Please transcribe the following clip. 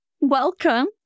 Welcome